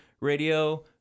radio